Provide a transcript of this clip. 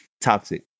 toxic